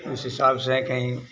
उस हिसाब से कहीं